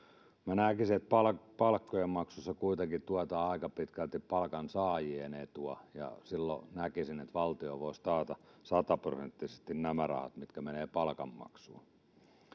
minä näkisin että palkkojen maksussa kuitenkin tuetaan aika pitkälti palkansaajien etua ja silloin näkisin että valtio voisi taata sata prosenttisesti nämä rahat mitkä menevät palkanmaksuun